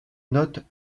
notes